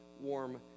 warm